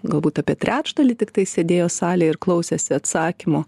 galbūt apie trečdalį tiktai sėdėjo salėj ir klausėsi atsakymo